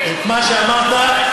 למה שאמרת.